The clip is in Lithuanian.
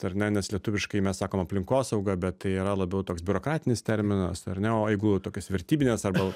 ar ne nes lietuviškai mes sakom aplinkosauga bet tai yra labiau toks biurokratinis terminas ar ne o jeigu tokios vertybinės arba